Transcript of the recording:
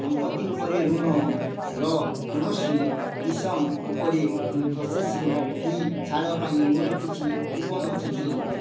ସମ୍ପତ୍ତି ଉପରେ ଋଣ ର କୌଣସି କିସମ ଉପରେ ପ୍ରୋସେସିଂ ଫି ଛାଡ଼ ପାଇଁ ମୋର କିଛି କୁପନ୍ ଅଛି କି